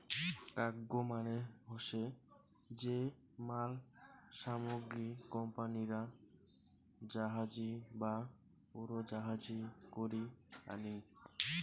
cargo মানে হসে যে মাল সামগ্রী কোম্পানিরা জাহাজী বা উড়োজাহাজী করি আনি